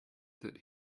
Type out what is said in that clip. that